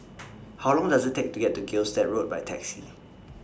How Long Does IT Take to get to Gilstead Road By Taxi